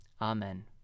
Amen